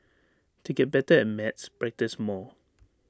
to get better at maths practise more